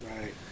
Right